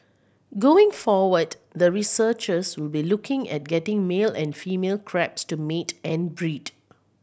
going forward the researchers will be looking at getting male and female crabs to mate and breed